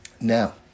Now